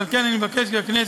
ועל כן אני מבקש מהכנסת